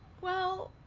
well,